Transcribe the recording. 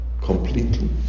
Completely